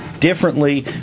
differently